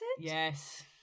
yes